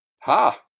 Ha